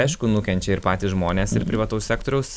aišku nukenčia ir patys žmonės ir privataus sektoriaus